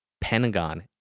Pentagon